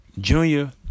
Junior